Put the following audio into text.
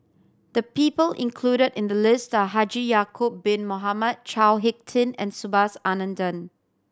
the people included in the list are Haji Ya'acob Bin Mohamed Chao Hick Tin and Subhas Anandan